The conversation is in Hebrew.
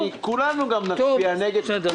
כולנו נצביע נגד.